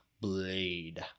Blade